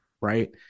Right